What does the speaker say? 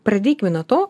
pradėkime nuo to